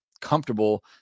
comfortable